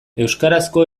euskarazko